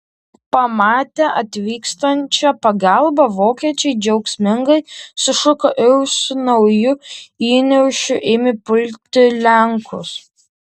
pamatę atvykstančią pagalbą vokiečiai džiaugsmingai sušuko ir su nauju įniršiu ėmė pulti lenkus